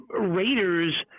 Raiders